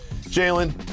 Jalen